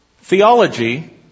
theology